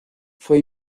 fue